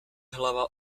hlava